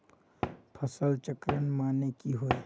फसल चक्रण माने की होय?